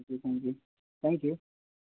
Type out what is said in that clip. thank you thank you thank you